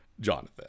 Jonathan